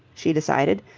she decided,